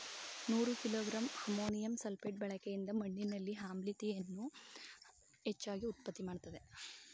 ನೂರು kilogram ammonium sulphate ಬಳಕೆಯಿಂದ ಮಣ್ಣಿನಲ್ಲಿ ಆಮ್ಲೀಯತೆಯನ್ನು ಹೆಚ್ಚಾಗಿ ಉತ್ಪತ್ತಿ ಮಾಡ್ತದೇ